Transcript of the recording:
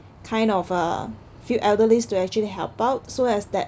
kind of uh few elderlies to actually help out so as that